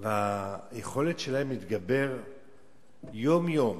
והיכולת שלהן להתגבר יום-יום,